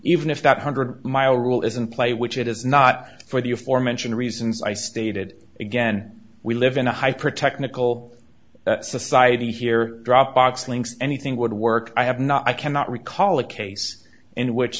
even if that hundred mile rule is in play which it is not for the aforementioned reasons i stated again we live in a hyper technical society here dropbox links anything would work i have not i cannot recall a case in which